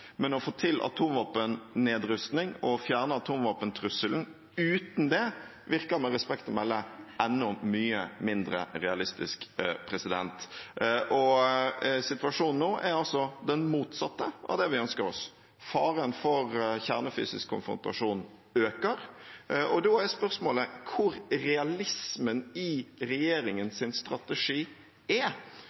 Men å få til nedrustning av atomvåpen og å fjerne atomvåpentrusselen uten det virker med respekt å melde enda mye mindre realistisk. Situasjonen nå er den motsatte av det vi ønsker oss. Faren for kjernefysisk konfrontasjon øker. Da er spørsmålet hvor realismen i regjeringens strategi er.